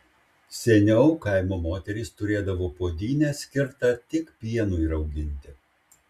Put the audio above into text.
seniau kaimo moterys turėdavo puodynę skirtą tik pienui rauginti